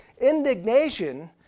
Indignation